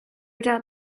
doubt